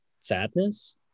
sadness